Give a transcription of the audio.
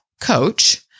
coach